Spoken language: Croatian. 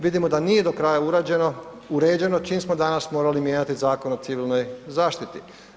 Vidimo da nije do kraja urađeno, uređeno čim smo danas morali mijenjati Zakon o civilnoj zaštiti.